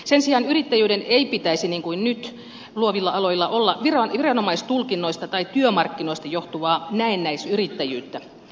sen sijaan yrittäjyyden ei pitäisi olla niin kuin nyt luovilla aloilla viranomaistulkinnoista tai työmarkkinoista johtuvaa näennäisyrittäjyyttä